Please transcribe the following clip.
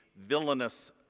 villainous